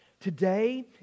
Today